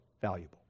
valuable